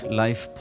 life